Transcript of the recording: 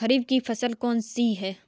खरीफ की फसल कौन सी है?